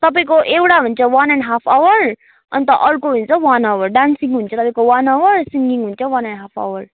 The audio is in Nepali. तपाईँको एउटा हुन्छ वान एन्ड हाफ आवर अन्त अर्को हुन्छ वान आवर डान्सिङ हुन्छ तपाईँको वान आवर सिङ्गिङ हुन्छ वान एन्ड हाफ आवर